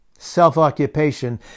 self-occupation